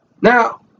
Now